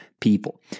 people